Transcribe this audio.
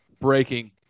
Breaking